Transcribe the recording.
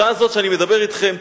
בשעה זאת שאני מדבר אתכם,